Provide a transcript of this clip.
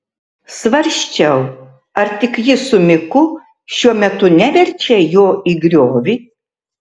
svarsčiau ar tik ji su miku šiuo metu neverčia jo į griovį